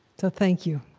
so thank you